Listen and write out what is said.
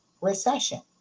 recession